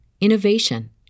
innovation